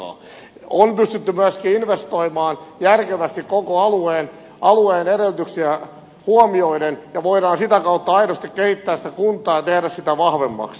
on pystytty myöskin investoimaan järkevästi koko alueen edellytyksiä huomioiden ja sitä kautta voidaan aidosti kehittää sitä kuntaa ja tehdä sitä vahvemmaksi